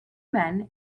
men